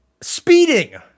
speeding